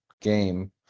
game